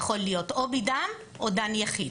זה יכול להיות או ביד"ם או דן יחיד.